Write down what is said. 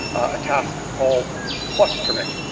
a task called clustering,